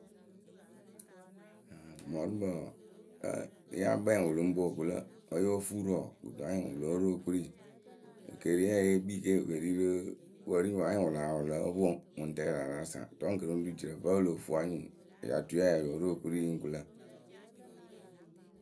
mɔɔrʊkpǝ wǝǝ yáa kpɛŋ wɨ lɨŋ poŋ wɨ ku lǝ wǝ́ yóo fuu rɨ wǝǝ kɨto anyɩŋ wɨ lóo ru okuri ekeeriyǝ we ya yée ke wɨ ke ri rɨ wǝ ri ŋ wǝ anyɩŋ wɨ laa wɨ lóo poŋ ŋʊŋtɛ laa láa saŋ dɔŋkɨ ruruŋ jirǝ wǝ vǝ́ o loh fuu anyɩŋ otuyǝ ya yóo ru okuri wɨ ŋ ku lǝ.